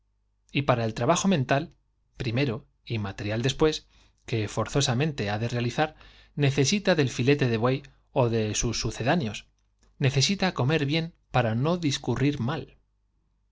y para el trabajo mental primero y material después que forzosamente ha de realizar necesita del filete de buey ó de sus sucedáneos necesita comer bien para no discurrir mal